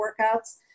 workouts